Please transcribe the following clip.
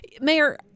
Mayor